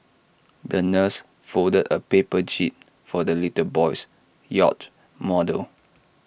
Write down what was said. the nurse folded A paper jib for the little boy's yacht model